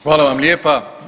Hvala vam lijepa.